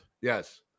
Yes